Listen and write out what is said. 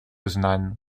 poznań